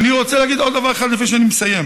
ואני רוצה להגיד עוד דבר אחד לפני שאני מסיים: